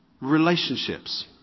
Relationships